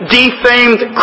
defamed